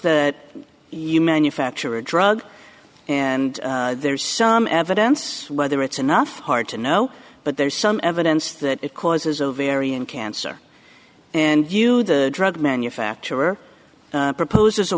that you manufacture a drug and there's some evidence whether it's enough hard to know but there's some evidence that it causes ovarian cancer and you drug manufacturer proposes a